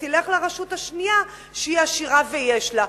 ותלך לרשות השנייה שהיא עשירה ויש לה.